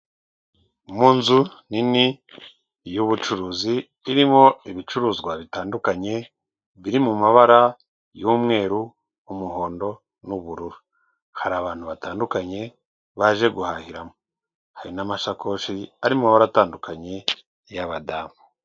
Mu nzu nini y'ubucuruzi, irimo ibicuruzwa bitandukanye, biri mu mabara y'umweru, umuhondo n'ubururu, hari abantu batandukanye baje guhahiramo, hari n'amashakoshi ari mu mabara atandukanye y'abadamu.